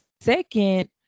second